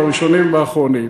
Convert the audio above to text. בראשונים ובאחרונים.